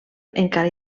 encara